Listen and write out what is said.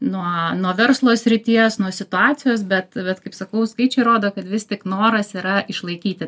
nuo nuo verslo srities nuo situacijos bet bet kaip sakau skaičiai rodo kad vis tik noras yra išlaikyti